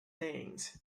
things